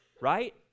right